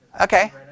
Okay